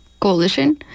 Coalition